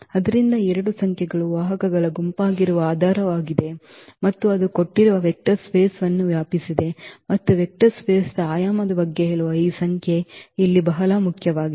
ಆದ್ದರಿಂದ ಈ ಎರಡು ಸಂಖ್ಯೆಗಳು ವಾಹಕಗಳ ಗುಂಪಾಗಿರುವ ಆಧಾರವಾಗಿದೆ ಮತ್ತು ಅದು ಕೊಟ್ಟಿರುವ ವೆಕ್ಟರ್ ಸ್ಪೇಸ್ ವನ್ನು ವ್ಯಾಪಿಸಿದೆ ಮತ್ತು ವೆಕ್ಟರ್ ಸ್ಪೇಸ್ ದ ಆಯಾಮದ ಬಗ್ಗೆ ಹೇಳುವ ಈ ಸಂಖ್ಯೆ ಇಲ್ಲಿ ಬಹಳ ಮುಖ್ಯವಾಗಿದೆ